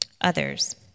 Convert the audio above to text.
Others